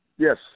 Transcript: Yes